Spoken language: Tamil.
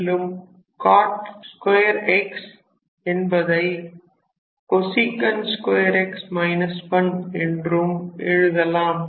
மேலும் cot 2 x என்பதை cosec 2 x 1என்றும் எழுதலாம்